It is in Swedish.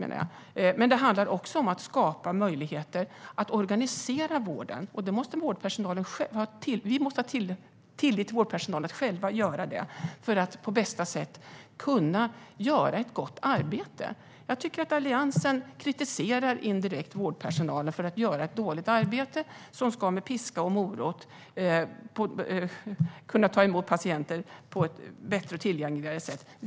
Men det handlar också om att skapa möjligheter att organisera vården, och vi måste ha tillit till att vårdpersonalen själv kan göra det för att den på bästa sätt ska kunna göra ett gott arbete. Jag tycker att Alliansen indirekt kritiserar vårdpersonalen för att göra ett dåligt arbete. Man menar att de med piska och morot ska kunna ta emot patienter på ett bättre och tillgängligare sätt.